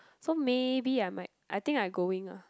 so maybe I might I think I going ah